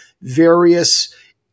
various